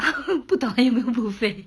不懂还有没有 buffet